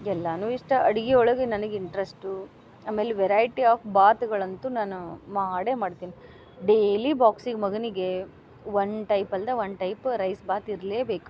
ಎಲ್ಲಾನು ಇಷ್ಟ ಅಡಿಗೆ ಒಳಗೆ ನನಗೆ ಇಂಟ್ರಸ್ಟು ಆಮೇಲೆ ವೆರೈಟಿ ಆಫ್ ಬಾತ್ಗಳಂತು ನಾನು ಮಾಡೇ ಮಾಡ್ತೀನಿ ಡೇಲಿ ಬಾಕ್ಸಿಗೆ ಮಗನಿಗೆ ಒನ್ ಟೈಪ್ ಅಲ್ದ ಒನ್ ಟೈಪ್ ರೈಸ್ ಬಾತ್ ಇರ್ಲೇಬೇಕು